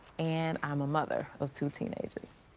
and i'm a mother of two teenagers.